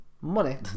Money